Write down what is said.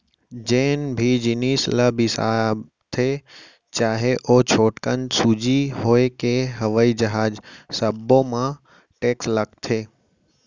जेन भी जिनिस ल बिसाथे चाहे ओ छोटकन सूजी होए के हवई जहाज सब्बो म टेक्स लागथे